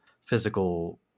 physical